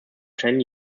ten